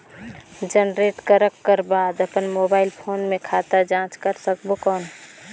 Generate करक कर बाद अपन मोबाइल फोन मे खाता जांच कर सकबो कौन?